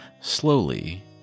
Slowly